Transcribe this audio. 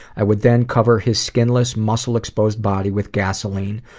i would then cover his skinless, muscle-exposed body with gasoline,